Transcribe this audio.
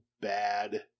bad